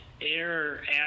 air